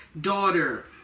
daughter